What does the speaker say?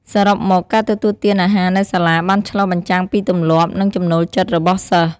សរុបមក ការទទួលទានអាហារនៅសាលាបានឆ្លុះបញ្ចាំងពីទម្លាប់ និងចំណូលចិត្តរបស់សិស្ស។